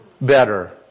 better